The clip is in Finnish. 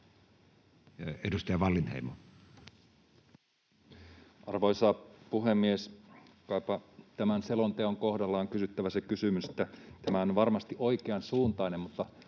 Edustaja Wallinheimo. Arvoisa puhemies! Kaipa tämän selonteon kohdalla on kysyttävä se kysymys, että vaikka tämä on varmasti oikeansuuntainen, onko